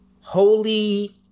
Holy